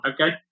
Okay